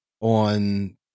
on